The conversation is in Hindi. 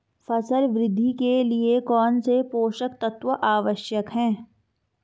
फसल वृद्धि के लिए कौनसे पोषक तत्व आवश्यक हैं?